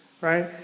right